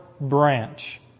branch